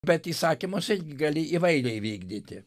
bet įsakymus irgi gali įvairiai vykdyti